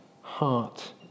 heart